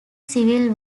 civil